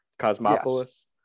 Cosmopolis